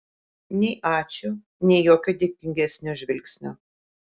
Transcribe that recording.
nei ačiū nei jokio dėkingesnio žvilgsnio